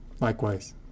Likewise